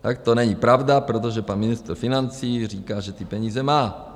Tak to není pravda, protože pan ministr financí říká, že ty peníze má.